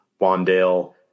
Wandale